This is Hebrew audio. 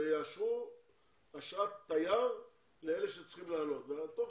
שיאשרו אשרת תייר לאלה שצריכים לעלות ותוך